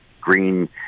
green